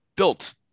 built